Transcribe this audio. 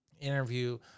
interview